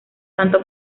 santo